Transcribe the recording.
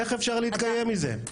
איך אפשר להתקיים מזה?